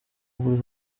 uri